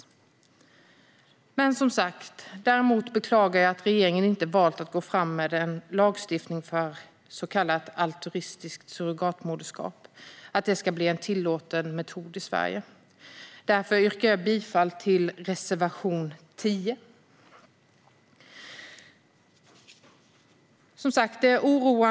Däremot beklagar jag som sagt att regeringen inte har valt att gå fram med lagstiftning för att så kallat altruistiskt surrogatmoderskap ska bli en tillåten metod i Sverige. Därför yrkar jag bifall till reservation 10.